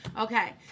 okay